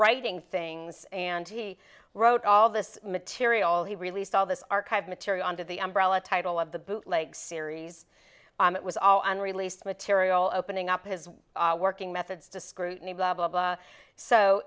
writing things and he wrote all this material he released all this archive material under the umbrella title of the bootleg series it was all on released material opening up his working methods to scrutiny blah blah blah so